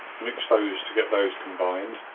mix those to get those combined.